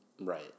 Right